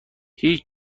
هیچ